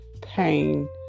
pain